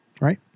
right